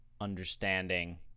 understanding